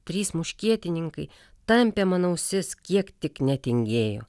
trys muškietininkai tampė mano ausis kiek tik netingėjo